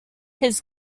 his